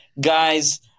Guys